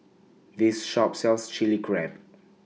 This Shop sells Chilli Crab